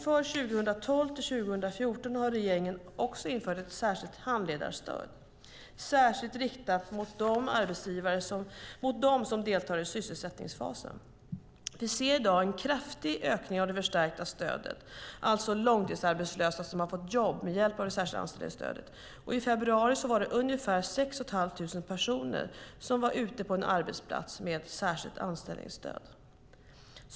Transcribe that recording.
För 2012 till 2014 har regeringen också infört ett förstärkt handledarstöd, särskilt riktat mot dem som deltar i sysselsättningsfasen. Vi ser i dag en kraftig ökning av det förstärkta stödet - alltså långtidsarbetslösa som har fått jobb med hjälp av det särskilda anställningsstödet. I februari var det ungefär 6 500 personer som var ute på en arbetsplats med särskilt anställningsstöd.